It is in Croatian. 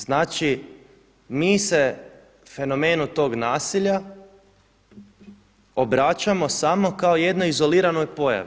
Znači mi se fenomenu tog nasilja obraćamo samo kao jednoj izoliranoj pojavi.